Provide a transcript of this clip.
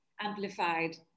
amplified